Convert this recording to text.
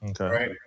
Okay